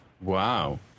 wow